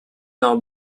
now